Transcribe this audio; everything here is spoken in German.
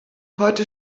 heute